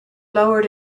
lowered